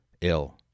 ill